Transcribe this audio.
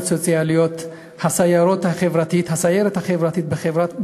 הסוציאליים הסיירת החברתית בחברה הישראלית,